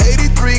83